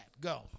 Go